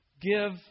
give